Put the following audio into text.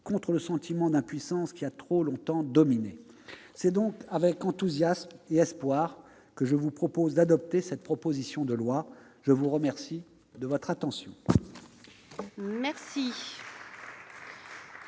contre le sentiment d'impuissance qui a trop longtemps dominé. C'est donc avec enthousiasme et espoir que je vous propose d'adopter cette proposition de loi. La parole est à M. le ministre.